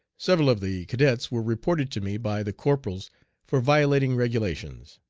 several of the cadets were reported to me by the corporals for violating regulations.